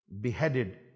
beheaded